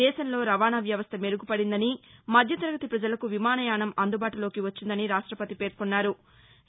దేశంలో రవాణా వ్యవస్ట మెరుగుపడిందనిమధ్య తరగతి ప్రజలకు విమానయానం అందుబాటులోకి వచ్చిందని రాష్టపతి పేర్కొన్నారు